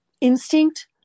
instinct